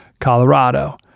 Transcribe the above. Colorado